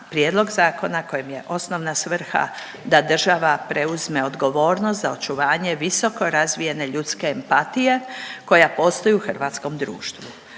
prijedlog zakona kojem je osnovna svrha da država preuzme odgovornost za očuvanje visoko razvijene ljudske empatije koja postoji u hrvatskom društvu.